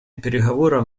переговоров